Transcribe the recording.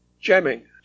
jamming